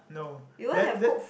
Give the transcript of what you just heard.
no that that